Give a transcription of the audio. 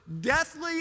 deathly